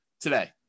today